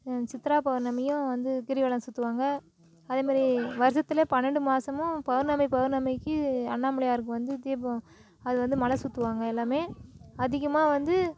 சித்ரா பௌர்ணமியும் வந்து கிரிவலம் சுற்றுவாங்க அதே மாதிரி வருசத்துல பன்னெண்டு மாதமும் பௌர்ணமி பௌர்ணமிக்கு அண்ணாமலையாருக்கு வந்து தீபம் அது வந்து மலை சுற்றுவாங்க எல்லாமே அதிகமாக வந்து